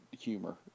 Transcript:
humor